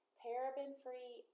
paraben-free